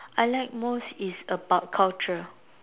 I like most is about culture